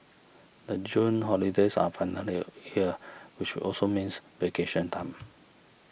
the June holidays are finally here which also means vacation time